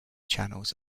channels